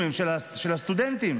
וגם החילונים שלא מתגייסים.